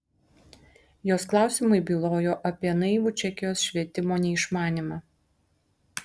jos klausimai bylojo apie naivų čekijos švietimo neišmanymą